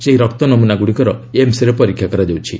ସେହି ରକ୍ତ ନମୁନାଗୁଡ଼ିକର ଏମ୍ସ୍ରେ ପରୀକ୍ଷା କରାଯାଉଛି